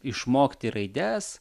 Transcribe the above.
išmokti raides